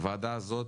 הוועדה הזאת